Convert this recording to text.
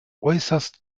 äußerst